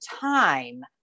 time